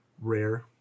rare